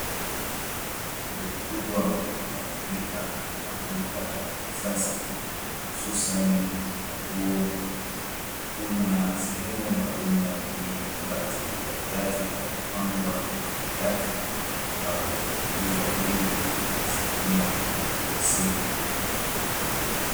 Ukumbi mkubwa unaotumika kama duka la kisasa, hususani la nguo kuna sehemu maalumu yenye kabati la viatu palipopangwa viatu, ambavyo vina punguzo la bei kwa asilimia hamsini.